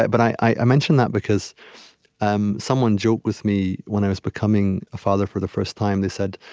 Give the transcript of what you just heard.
but i mention that because um someone joked with me, when i was becoming a father for the first time they said,